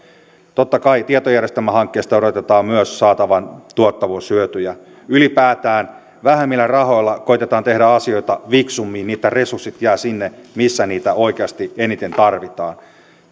totta kai tietojärjestelmähankkeesta odotetaan myös saatavan tuottavuushyötyjä ylipäätään vähemmillä rahoilla koetetaan tehdä asioita fiksummin niin että resurssit jäävät sinne missä niitä oikeasti eniten tarvitaan